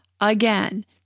again